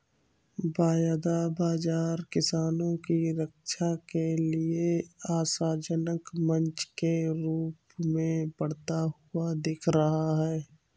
वायदा बाजार किसानों की रक्षा के लिए आशाजनक मंच के रूप में बढ़ता हुआ दिख रहा है